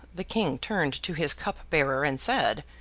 the king turned to his cup-bearer, and said,